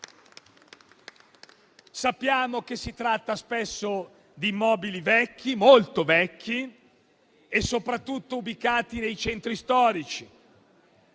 Sappiamo che si tratta spesso di immobili vecchi, molto vecchi, e soprattutto ubicati nei centri storici.